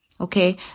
Okay